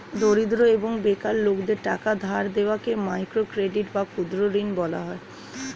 দরিদ্র এবং বেকার লোকদের টাকা ধার দেওয়াকে মাইক্রো ক্রেডিট বা ক্ষুদ্র ঋণ বলা হয়